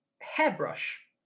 hairbrush